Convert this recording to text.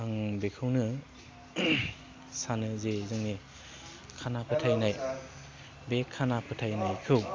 आं बेखौनो सानो जे जोंनि खाना फोथायनाय बे खाना फोथायनायखौ